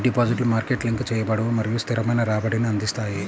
ఈ డిపాజిట్లు market link చేయబడవు మరియు స్థిరమైన రాబడిని అందిస్తాయి